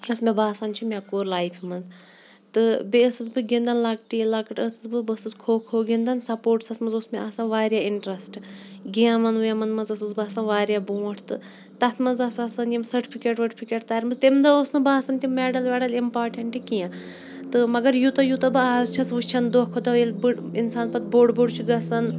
یۄس مےٚ باسان چھِ مےٚ کوٚر لایفہِ منٛز تہٕ بیٚیہِ ٲسٕس بہٕ گِنٛدان لۄکٹہِ ییٚلہِ لۄکٕٹ ٲسٕس بہٕ بہٕ ٲسٕس کھو کھو گِنٛدان سپوٹسَس منٛز اوس مےٚ آسان واریاہ اِنٹرٛسٹ گیمَن ویمَن منٛز ٲسٕس بہٕ آسان واریاہ بروںٛٹھ تہٕ تَتھ منٛز آسہٕ آسان یِم سٔٹفِکیٹ ؤٹفِکیٹ تَرِمَژٕ تَمہِ دۄہ اوس نہٕ باسان تِم مٮ۪ڈَل وٮ۪ڈَل اِمپاٹَنٛٹہٕ کینٛہہ تہٕ مگر یوٗتاہ یوٗتاہ بہٕ اَز چھَس وٕچھان دۄہ کھۄ دۄہ ییٚلہِ بٔڑ اِنسان پَتہٕ بوٚڑ بوٚڑ چھُ گژھان